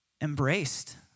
embraced